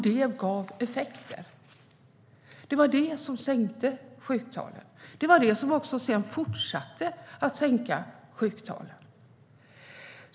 Det var det som sänkte sjuktalen. Det var också det som sedan fortsatte att sänka sjuktalen.